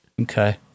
Okay